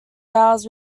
vowels